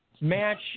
Match